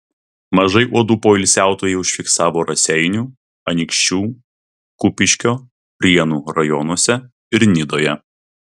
mažai uodų poilsiautojai užfiksavo raseinių anykščių kupiškio prienų rajonuose ir nidoje